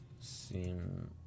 seem